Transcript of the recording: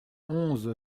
onze